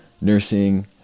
nursing